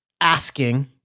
asking